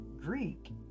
Greek